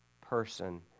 person